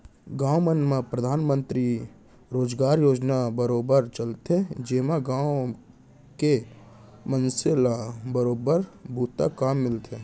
गाँव मन म परधानमंतरी रोजगार योजना बरोबर चलथे जेमा गाँव के मनसे ल बरोबर बूता काम मिलथे